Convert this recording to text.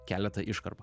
keletą iškarpų